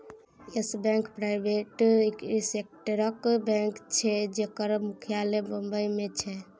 yes bank private सेक्टरक bank छै जकर मुख्यालय बंबई मे छै